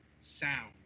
sound